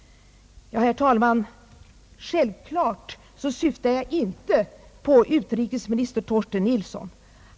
Herr talman! Självfallet syftar jag inte på utrikesminister Torsten Nilsson.